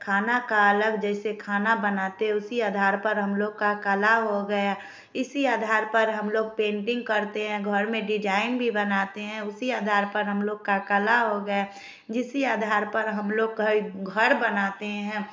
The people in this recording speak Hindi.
खाना का अलग जैसे खाना बनाते उसी आधार पर हम लोग का कला हो गया इसी आधार पर हम लोग पेंटिंग करते हैं घर में डिजाइन भी बनाते हैं उसी आधार पर हम लोग का कला हो गया जिसके आधार पर हम लोग का एक घर बनाते हैं